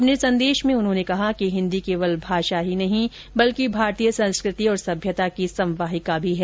अपने संदेश में उन्होने कहा कि हिन्दी केवल भाषा ही नहीं बल्कि भारतीय संस्कृति और सभ्यता की संवाहिका भी है